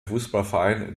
fußballverein